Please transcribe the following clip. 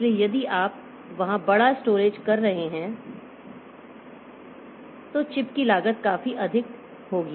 इसलिए यदि आप वहां बड़ा स्टोरेज कर रहे हैं तो चिप की लागत काफी अधिक होगी